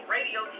Radio